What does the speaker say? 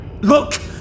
Look